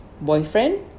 Boyfriend